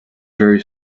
very